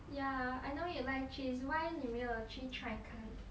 ya I know you like cheese why 你没有去 try 看